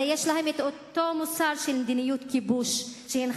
הרי יש להם אותו מוסר של מדיניות כיבוש שהנחלתם,